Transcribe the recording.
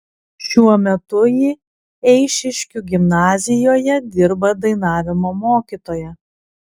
šiuo metu ji eišiškių gimnazijoje dirba dainavimo mokytoja